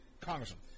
Congressman